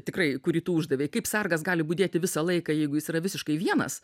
tikrai kurį tu uždavei kaip sargas gali budėti visą laiką jeigu jis yra visiškai vienas